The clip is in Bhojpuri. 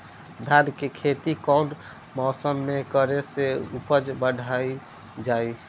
धान के खेती कौन मौसम में करे से उपज बढ़ाईल जाई?